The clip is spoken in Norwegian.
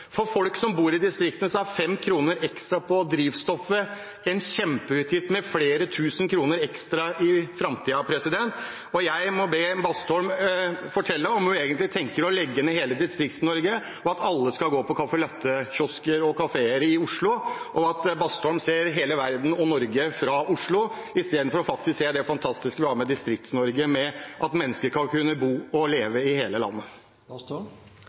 For folk som bor i distriktene, er 5 kr ekstra på drivstoffet en kjempeutgift, med flere tusen kroner ekstra i framtiden. Jeg må be Bastholm fortelle om hun egentlig tenker å legge ned hele Distrikts-Norge, og at alle skal gå på caffè latte-kafeer i Oslo, og om Bastholm ser hele verden og Norge fra Oslo, istedenfor å se det fantastiske Distrikts-Norge vi har, og at mennesker skal kunne bo og leve i hele landet.